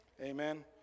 Amen